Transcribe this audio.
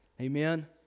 Amen